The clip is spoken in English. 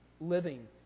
living